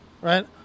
right